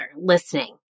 listening